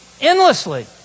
endlessly